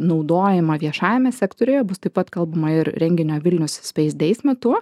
naudojimą viešajame sektoriuje bus taip pat kalbama ir renginio vilnius space days metu